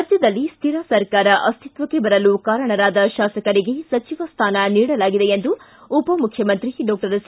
ರಾಜ್ಯದಲ್ಲಿ ಸ್ಕಿರ ಸರ್ಕಾರ ಅಸ್ತಿತ್ವಕ್ಕೆ ಬರಲು ಕಾರಣರಾದ ಶಾಸಕರಿಗೆ ಸಚಿವ ಸ್ಥಾನ ನೀಡಲಾಗಿದೆ ಎಂದು ಉಪಮುಖ್ಯಮಂತ್ರಿ ಡಾಕ್ಟರ್ ಸಿ